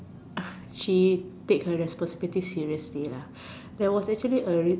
she take her responsibility seriously lah there was actually a